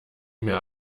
mir